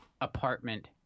apartment